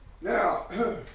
Now